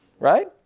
Right